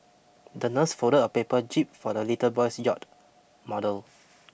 the nurse folded a paper jib for the little boy's yacht model